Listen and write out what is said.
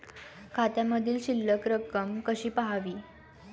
खात्यामधील शिल्लक रक्कम कशी पहावी?